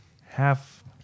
half